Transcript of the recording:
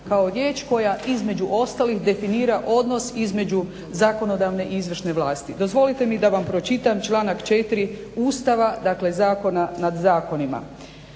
kao riječ koja između ostalih definira odnos između zakonodavne i izvršne vlasti. Dozvolite mi da vam pročitam članak 4. Ustava, dakle Zakona nad zakonima.